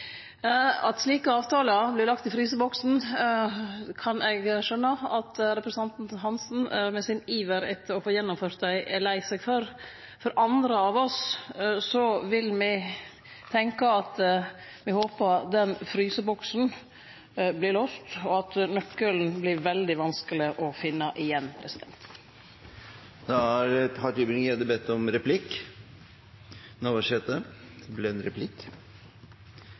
At slike avtalar vert lagde i fryseboksen, kan eg skjøne at representanten Hansen, med sin iver etter å få gjennomført dei, er lei seg for. Andre av oss vil tenkje at me håpar den fryseboksen vert låst, og at nøkkelen vert veldig vanskeleg å finne igjen. Representanten fra Senterpartiet snakket om at man ikke skal gjøre noe over natten når det